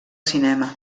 cinema